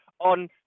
on